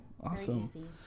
awesome